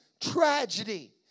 tragedy